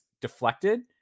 deflected